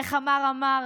איך אמר